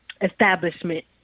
establishment